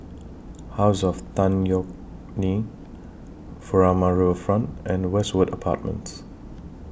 House of Tan Yeok Nee Furama Riverfront and Westwood Apartments